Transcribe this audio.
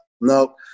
no